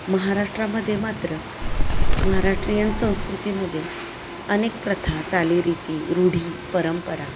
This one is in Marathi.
महाराष्ट्रामध्ये मात्र महाराष्ट्रीयन संस्कृतीमध्ये अनेक प्रथा चालीरीती रूढी परंपरा